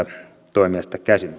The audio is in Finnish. toimijasta käsin